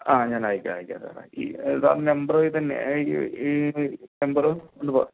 ആ ഞാൻ അയച്ചു തരാം അയച്ച് തരാം നംബർ ഇത് തന്നെ ആ ആ നമ്പർ ഒന്ന് പറഞ്ഞ്